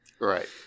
Right